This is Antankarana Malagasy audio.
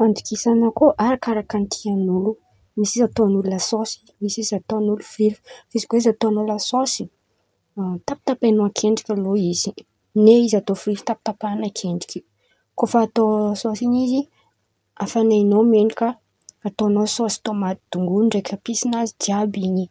Fandokisan̈a akôho arakaraka tian̈'olo, misy izy ataon̈olo la sôsy misy izy ataon̈olo firiry, fa izy koa izy ataon̈ao la sôsy tapatahan̈ao ankendriky alô izy ne izy atao firiry tapatapan̈a ankendriky, kô fa atao la sôsy in̈y izy afanain̈ao menakà ataon̈ao sôsy tômaty sy dongolo ndraiky episinazy jiàby in̈y,